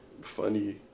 Funny